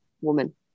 woman